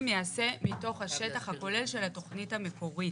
ייעשה מתוך השטח הכולל של התוכנית המקורית,